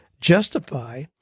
justify